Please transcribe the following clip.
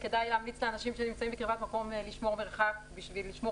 לצערנו, יש גם